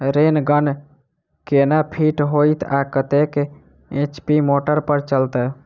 Rain gun केना fit हेतइ आ कतेक एच.पी मोटर पर चलतै?